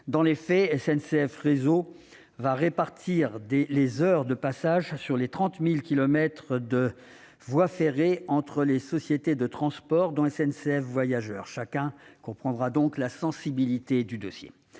Dans les faits, SNCF Réseau répartira les heures de passage sur les 30 000 kilomètres de voies ferrées entre les sociétés de transport, dont SNCF Voyageurs. Chacun comprend ainsi le caractère sensible de ce dossier.